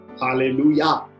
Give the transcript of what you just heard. hallelujah